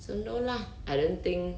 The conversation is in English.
so no lah I don't think